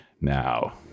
now